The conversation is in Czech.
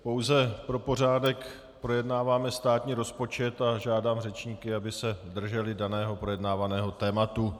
Pouze pro pořádek, projednáváme státní rozpočet a žádám řečníky, aby se drželi daného projednávaného tématu.